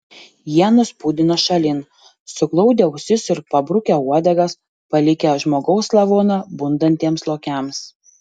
jie nuspūdino šalin suglaudę ausis ir pabrukę uodegas palikę žmogaus lavoną bundantiems lokiams